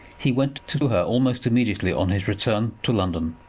he went to her almost immediately on his return to london.